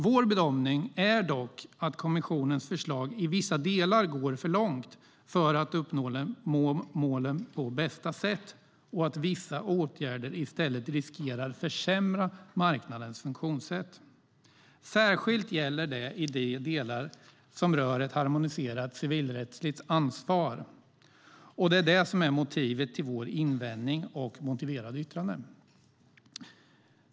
Vår bedömning är dock att kommissionens förslag i vissa delar går för långt för att man ska uppnå målen på bästa sätt och att vissa åtgärder i stället riskerar att försämra marknadens funktionssätt. Särskilt gäller det i de delar som rör ett harmoniserat civilrättsligt ansvar, och det är det som är motivet till vår invändning och vårt motiverade yttrande.